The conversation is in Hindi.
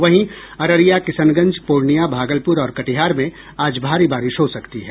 वहीं अररिया किशनगंज पूर्णिया भागलपुर और कटिहार में आज भारी बारिश हो सकती है